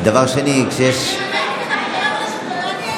ב-10:45,